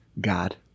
God